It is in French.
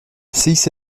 cice